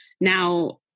now